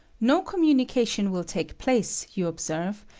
no communication will take place, you observe,